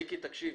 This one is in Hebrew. מיקי, תקשיב.